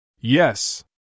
Yes